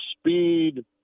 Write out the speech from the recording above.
speed